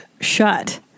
shut